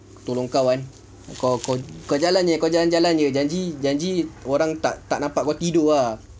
tolong kau kan kau jalan aje kau jalan-jalan aje janji janji orang tak nampak kau tidur ah